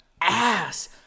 ass